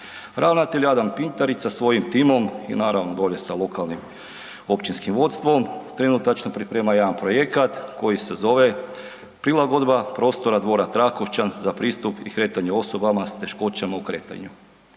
Ravnatelj Adam Pintarić sa svojim timom i naravno dolje sa lokalnim općinskim vodstvom, trenutačno priprema jedan projekat koji se zove „Prilagodba prostora dvora Trakošćan za pristup i kretanje osobama s teškoćama u kretanju“.